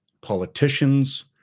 politicians